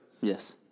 yes